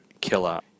killer